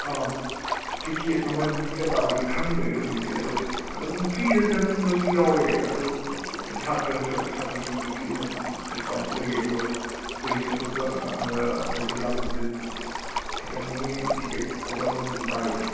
ꯑꯥ ticket ꯃꯃꯜꯗꯤ ꯆꯞꯆꯥꯕꯗꯤ ꯈꯪꯗ꯭ꯔꯦ ꯍꯧꯖꯤꯛꯇꯤ ꯑꯗꯣ ꯑꯗꯨꯝ ꯐ꯭ꯔꯤꯗ ꯆꯪꯕꯁꯨ ꯌꯥꯎꯋꯦ ꯑꯗꯨ ꯁꯥꯇ꯭ꯔ ꯁꯥꯇ꯭ꯔꯤꯁꯤꯡꯒꯤꯗꯤ ꯑꯣꯏꯅ ꯑꯗꯨꯝ ꯗꯤꯁꯀꯥꯎꯟꯠꯁꯨ ꯂꯩꯌꯦ ꯑꯗꯨꯒ ꯇꯨꯔꯤꯁꯠ ꯑꯇꯣꯞꯄ ꯑꯅꯗꯔ ꯑꯥꯎꯠꯁꯥꯏꯠꯇꯩ ꯂꯥꯛꯄꯗꯤ ꯑꯗꯨꯝ ꯈꯤꯇꯪ ꯃꯣꯏ ꯇꯤꯀꯦꯠ ꯀꯣꯄꯟ ꯑꯃꯗꯤ ꯄꯥꯏꯕꯅꯦ